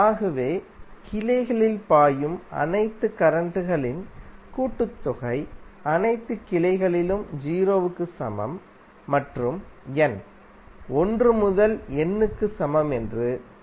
ஆகவே கிளைகளில் பாயும் அனைத்து கரண்ட் களின் கூட்டுத்தொகை அனைத்து கிளைகளிலும் 0 க்கு சமம் மற்றும் n 1 முதல் N க்கு சமம் என்று கே